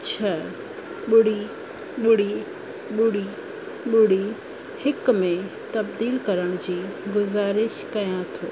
छह ॿुड़ी ॿुड़ी ॿुड़ी ॿुड़ी हिकु में तब्दील करण जी गुज़ारिश कयां थो